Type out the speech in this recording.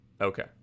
Okay